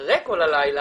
אחרי כל הלילה,